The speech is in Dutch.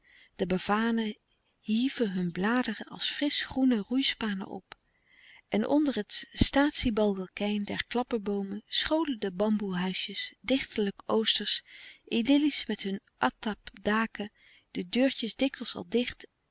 de bananen hieven hun bladeren als frisch groene roeispanen op en onder het statie baldakijn der klapperboomen scholen de bamboe huisjes dichterlijk oostersch idyllisch met hun atap daken de deurtjes dikwijls al dicht